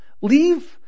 Leave